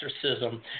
exorcism